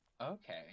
Okay